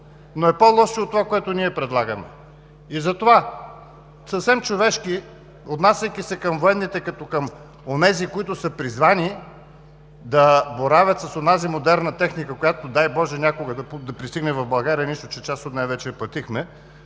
но е по-лошо от това, което ние предлагаме. И затова съвсем човешки, отнасяйки се към военните като към онези, които са призвани да боравят с онази модерна техника, която, дай боже, някога да пристигне в България, нищо, че част от нея вече я платихме,